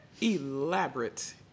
elaborate